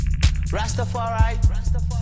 Rastafari